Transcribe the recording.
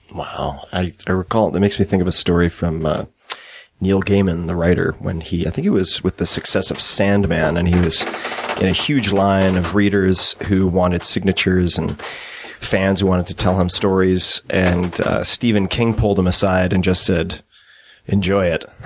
wow. i i recall, that makes me think of a story from neil gaiman, the writer. when he i think it was with the success of sandman, and he was in a huge line of readers who wanted signatures, and fans who wanted to tell him stories, and stephen king pulled him aside and just said enjoy it.